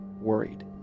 worried